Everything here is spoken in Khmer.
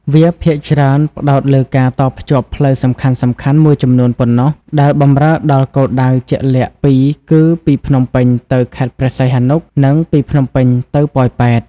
វាភាគច្រើនផ្តោតលើការតភ្ជាប់ផ្លូវសំខាន់ៗមួយចំនួនប៉ុណ្ណោះ ដែលបម្រើដល់គោលដៅជាក់លាក់ពីរគឺ ពីភ្នំពេញទៅខេត្តព្រះសីហនុ និងពីភ្នំពេញទៅប៉ោយប៉ែត។